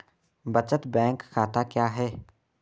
बचत बैंक खाता क्या है?